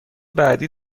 بعدی